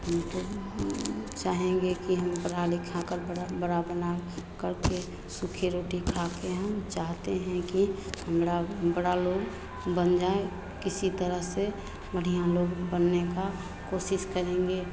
तो चाहेंगे कि हम पढ़ा लिखा कर बड़ा बड़ा बनाए करके सूखी रोटी खाके हम चाहते हैं कि हमड़ा बड़ा लोग बन जाएं किसी तरह से बढ़िया लोग बनने का कोशिश करेंगे